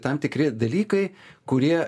tam tikri dalykai kurie